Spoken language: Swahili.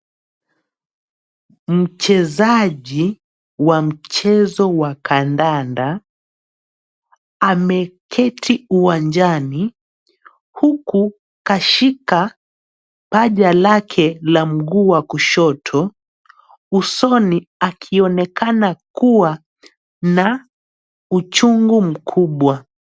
Mchezaji wa mchezo wa kandanda ameketi uwanjani huku kashika paja lake la mguu wa kushoto usoni akionekana kuwa na uchungu mkubwa.